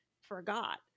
forgot